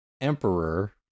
Emperor